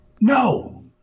No